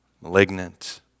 malignant